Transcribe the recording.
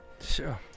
Sure